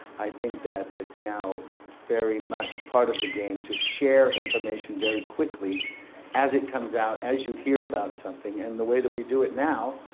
i think that it's now very much part of the game to share information very quickly as it comes out, as you hear about something. and the way that we do it now,